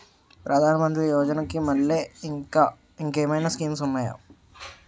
ప్రధాన మంత్రి యోజన కి మల్లె ఇంకేమైనా స్కీమ్స్ ఉన్నాయా?